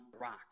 rock